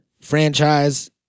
franchise